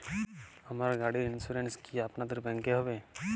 আমার গাড়ির ইন্সুরেন্স কি আপনাদের ব্যাংক এ হবে?